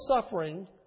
suffering